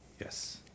Yes